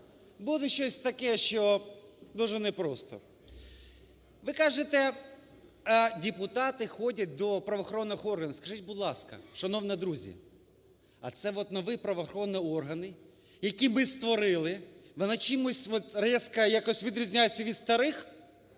Буде щось таке, що дуже непросто. Ви кажете депутати ходять до правоохоронних органів. Скажіть, будь ласка, шановні друзі, а це от нові правоохоронні органи, які ми створили, вони чимось різко якось відрізняється від старих?